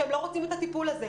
שהם לא רוצים את הטיפול הזה.